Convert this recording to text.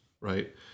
right